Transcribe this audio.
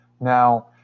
Now